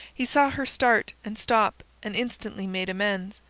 he saw her start, and stop, and instantly made amends.